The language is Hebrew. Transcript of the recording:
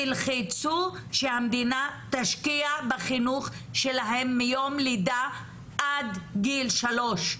תילחצו שהמדינה תשקיע בחינוך שלהם מיום לידה עד גיל שלוש,